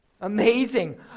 Amazing